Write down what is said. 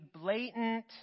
blatant